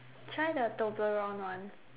try the Toblerone one